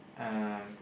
um